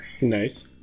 Nice